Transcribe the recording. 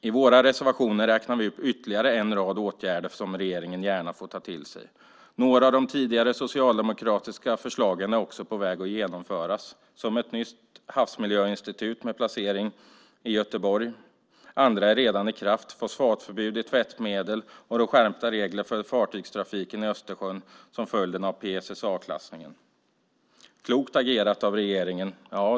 I våra reservationer räknar vi upp ytterligare en rad åtgärder som regeringen gärna får ta till sig. Några av de tidigare socialdemokratiska förslagen är också på väg att genomföras, till exempel ett nytt havsmiljöinstitut med placering i Göteborg, andra är redan i kraft, till exempel fosfatförbud i tvättmedel och skärpta regler för fartygstrafiken i Östersjön som följd av PSSA-klassningen. Det är klokt agerat av regeringen.